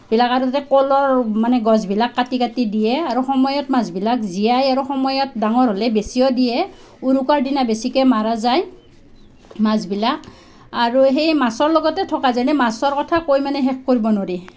বিলাক আৰু তাতে কলৰ মানে গছবিলাক কাটি কাটি দিয়ে আৰু সময়ত মাছবিলাক জীয়ায় আৰু সময়ত ডাঙৰ হ'লে বেচিও দিয়ে উৰুকাৰ দিনা বেছিকৈ মৰা যায় মাছবিলাক আৰু সেই মাছৰ লগতে থকা যেনে মাছৰ কথা কৈ মানে শেষ কৰিব নোৱাৰি